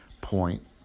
point